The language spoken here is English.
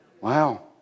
wow